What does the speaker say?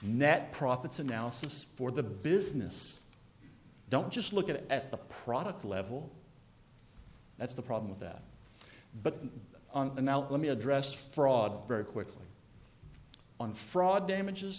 net profits analysis for the business don't just look at it at the product level that's the problem with that but on the now let me address fraud very quickly on fraud damages